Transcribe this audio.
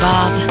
Bob